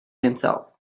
himself